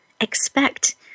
expect